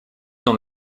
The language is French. dans